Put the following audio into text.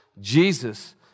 Jesus